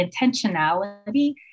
intentionality